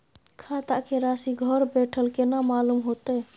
खाता के राशि घर बेठल केना मालूम होते?